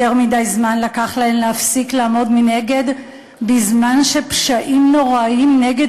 יותר מדי זמן לקח להן להפסיק לעמוד מנגד בזמן שפשעים נוראים נגד